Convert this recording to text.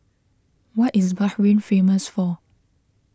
what is Bahrain famous for